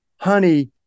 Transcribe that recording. Honey